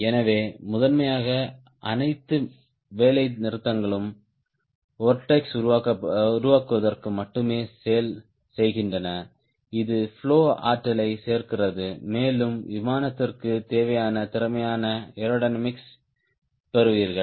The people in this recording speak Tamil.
எனவே முதன்மையாக அனைத்து வேலைநிறுத்தங்களும் வொர்ட்டெஸ் உருவாக்குவதற்கு மட்டுமே செய்கின்றன இது பிளோ ஆற்றலைச் சேர்க்கிறது மேலும் விமானத்திற்குத் தேவையான திறமையான ஏரோடையனாமிக்ஸ் பெறுவீர்கள்